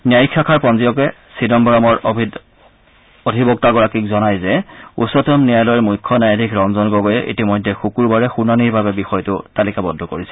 ন্যায়িক শাখাৰ পঞ্জীয়কে চিদাম্বৰমৰ অধিবক্তাগৰাকীক জনাই যে উচ্চতম ন্যায়ালয়ৰ মুখ্য ন্যায়াধীশ ৰঞ্জন গগৈয়ে ইতিমধ্যে শুকূৰবাৰে শুনানিৰ বাবে বিষয়টো তালিকাবদ্ধ কৰিছে